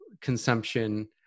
consumption